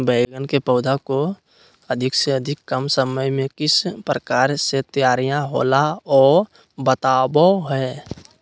बैगन के पौधा को अधिक से अधिक कम समय में किस प्रकार से तैयारियां होला औ बताबो है?